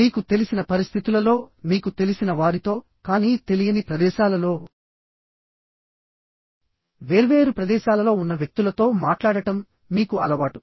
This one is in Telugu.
మీకు తెలిసిన పరిస్థితులలో మీకు తెలిసిన వారితో కానీ తెలియని ప్రదేశాలలో వేర్వేరు ప్రదేశాలలో ఉన్న వ్యక్తులతో మాట్లాడటం మీకు అలవాటు